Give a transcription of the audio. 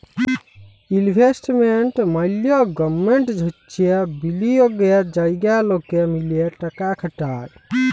investment management হচ্যে বিলিয়গের জায়গা লকে মিলে টাকা খাটায়